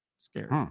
scared